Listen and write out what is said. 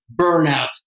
burnout